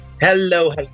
Hello